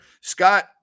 Scott